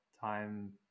time